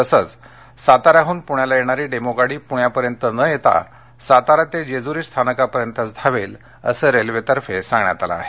तसंच साताऱ्याहून पूण्याला येणारी डेमू गाडी पूण्यापर्यंत न येता सातारा ते जेजूरी स्थानकापर्यंतच धावेल असं रेल्वेतर्फे सांगण्यात आलं आहे